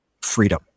freedom